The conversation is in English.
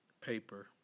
paper